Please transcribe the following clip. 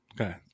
Okay